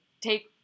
take